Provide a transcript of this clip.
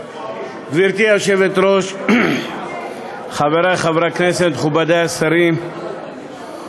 גברתי היושבת-ראש, חברי חברי הכנסת, מכובדי השרים,